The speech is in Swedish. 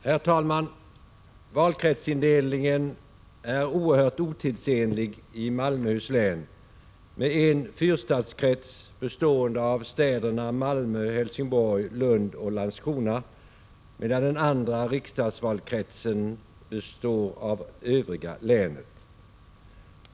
Herr talman! Valkretsindelningen är oerhört otidsenlig i Malmöhus län, med en fyrstadskrets bestående av städerna Malmö, Helsingborg, Lund och Landskrona, medan den andra riksdagsvalskretsen består av det övriga länet.